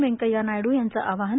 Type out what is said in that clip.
व्यंकैय्या नायड्र यांचं आवाहन